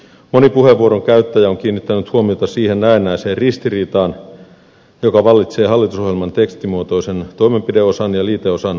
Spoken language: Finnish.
moni puheenvuoron käyttäjä on kiinnittänyt huomiota siihen näennäiseen ristiriitaan joka vallitsee hallitusohjelman tekstimuotoisen toimenpideosan ja liiteosan numerotietojen välillä